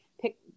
pick